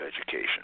education